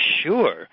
sure